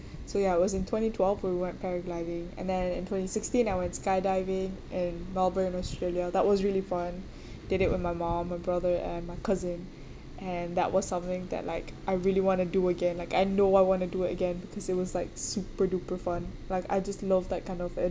so ya it was in twenty twelve we went paragliding and then in twenty sixteen I went skydiving in melbourne australia that was really fun did it with my mom my brother and my cousin and that was something that like I really want to do again like I know what I want to do it again because it was like super duper fun like I just love that kind of uh